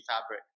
fabric